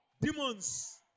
demons